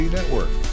Network